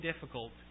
difficult